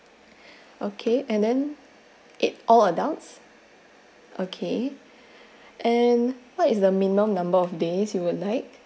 okay and then it all adults okay and what is the minimum number of days you would like